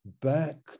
back